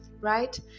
Right